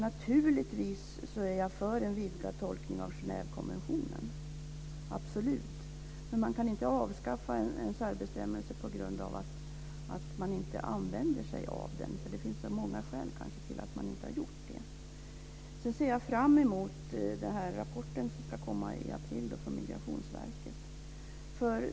Naturligtvis är jag också för en vidgad tolkning av Genèvekonventionen - absolut! Men vi kan inte avskaffa en särbestämmelse på grund av att man inte använder sig av den. Det kan ju finnas många skäl till att man inte har gjort det. Sedan ser jag fram emot den rapport från Migrationsverket som ska komma i april.